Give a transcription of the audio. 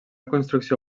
construcció